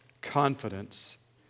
confidence